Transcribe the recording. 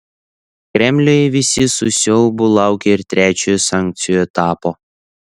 kremliuje visi su siaubu laukia ir trečiojo sankcijų etapo